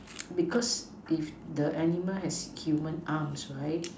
because if the animal has human arms right